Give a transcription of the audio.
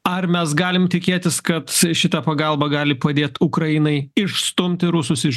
ar mes galim tikėtis kad šita pagalba gali padėt ukrainai išstumti rusus iš